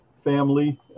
Family